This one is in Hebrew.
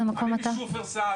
אני משופרסל.